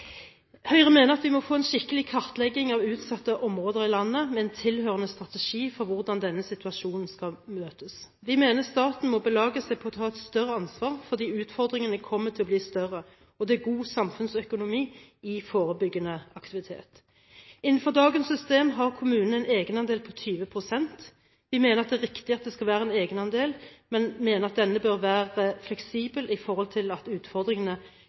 Høyre mener at vi må få en skikkelig kartlegging av utsatte områder i landet med en tilhørende strategi for hvordan denne situasjonen skal møtes. Vi mener staten må belage seg på å ta et større ansvar fordi utfordringene kommer til å bli større, og det er god samfunnsøkonomi i forebyggende aktivitet. Innenfor dagens system har kommunene en egenandel på 20 pst. Høyre mener det er riktig at det skal være en egenandel, men vi mener at denne bør være fleksibel med hensyn til at utfordringene